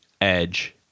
Edge